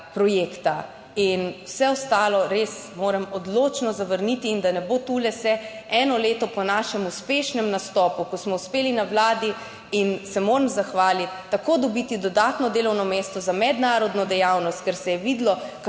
In vse ostalo res moram odločno zavrniti in da ne bo tule se eno leto po našem uspešnem nastopu, ko smo uspeli na vladi in se moram zahvaliti tako dobiti dodatno delovno mesto za mednarodno dejavnost, ker se je videlo,